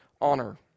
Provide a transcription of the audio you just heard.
honor